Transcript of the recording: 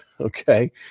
okay